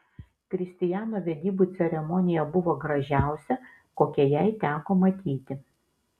kristijano vedybų ceremonija buvo gražiausia kokią jai teko matyti